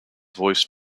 voiced